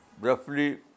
roughly